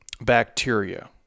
bacteria